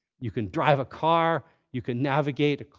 you can drive a car, you can navigate,